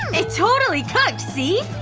it totally cooked, see?